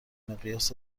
مقیاس